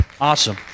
Awesome